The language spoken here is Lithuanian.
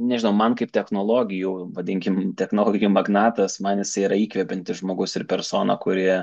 nežinau man kaip technologijų vadinkim technologijų magnatas man jisai yra įkvepiantis žmogus ir persona kuri